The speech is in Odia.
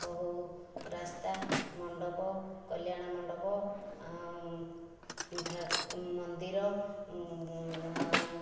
ବହୁ ରାସ୍ତା ମଣ୍ଡପ କଲ୍ୟାଣ ମଣ୍ଡପ ଆ ଠାକୁ ମନ୍ଦିର ଆଉ